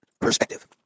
perspective